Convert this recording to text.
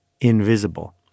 invisible